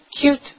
cute